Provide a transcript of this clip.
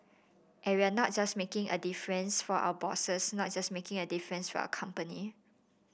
and we are not just making a difference for our bosses not just making a difference for our company